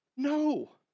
No